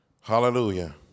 Hallelujah